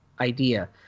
idea